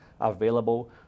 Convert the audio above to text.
available